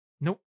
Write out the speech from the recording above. nope